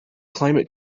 climate